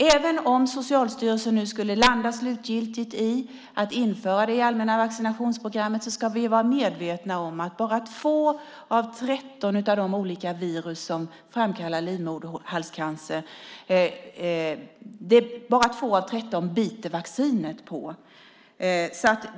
Även om Socialstyrelsen slutgiltigt skulle landa i att införa denna vaccination i det allmänna vaccinationsprogrammet ska vi vara medvetna om att vaccinet bara biter på 2 av 13 av de olika virus som framkallar livmoderhalscancer.